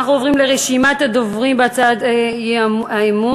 אנחנו עוברים לרשימת הדוברים בהצעות האי-אמון.